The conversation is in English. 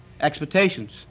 expectations